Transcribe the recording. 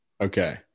Okay